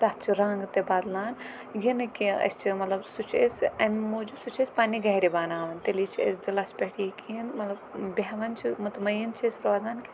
تَتھ چھُ رَنگ تہِ بَدلان یہِ نہٕ کیٚنٛہہ أسۍ چھِ مطلب سُہ چھِ أسۍ اَمہِ موٗجوٗب سُہ چھُ أسۍ پَننہِ گَرِ بَناوان تیلی چھُ اَسہِ دِلَس پٮ۪ٹھ یقین مطلب بہوان چھِ مُتمعیٖن چھِ أسۍ روزَن